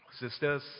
Sisters